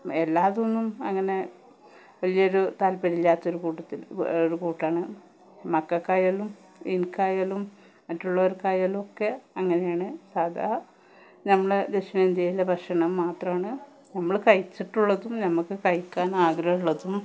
എല്ലാ ഇതൊന്നും അങ്ങനെ വലിയൊരു തത്പര്യമില്ലാത്ത ഒരു കൂട്ടാണ് മക്കൾക്കായാലും എനിക്കായാലും മറ്റുള്ളവർക്കായാലും ഒക്കെ അങ്ങനെയാണ് സാദാ ഞമ്മള് ദക്ഷിണേന്ത്യയിലെ ഭക്ഷണം മാത്രമാണ് നമ്മൾ കഴിച്ചിട്ടുള്ളതും നമുക്ക് കഴിക്കാൻ ആഗ്രഹുള്ളതും